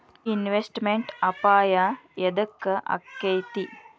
Investment ಅಪಾಯಾ ಯದಕ ಅಕ್ಕೇತಿ?